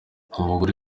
umugore